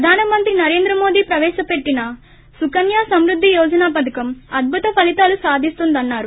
ప్రధాన మంత్రి నరేంద్ర మోదీ ప్రివేశ పెట్టిన సుకన్య సమృద్ది యోజన పథకం అద్భుత ఫలితాలు సాధిస్తున్నామన్నారు